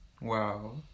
Wow